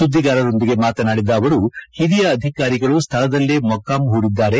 ಸುದ್ದಿಗಾರರೊಂದಿಗೆ ಮಾತನಾಡಿದ ಅವರು ಓರಿಯ ಅಧಿಕಾರಿಗಳು ಸ್ವಳದಲ್ಲೇ ಮೊಕ್ಕಾಂ ಹೂಡಿದ್ದಾರೆ